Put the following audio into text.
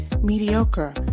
mediocre